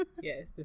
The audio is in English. Yes